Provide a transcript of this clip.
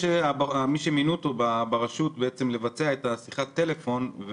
שמי שמינו אותו ברשות לבצע את שיחת הטלפון,